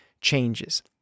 changes